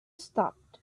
stopped